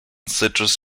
citrus